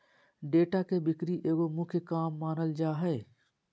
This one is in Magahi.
डेटा के बिक्री एगो मुख्य काम मानल जा हइ